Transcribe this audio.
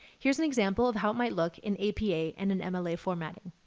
here's an example of how it might look in apa and an mla format. and